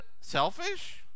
selfish